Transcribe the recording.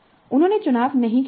उन्होंने चुनाव नहीं किया है